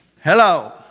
Hello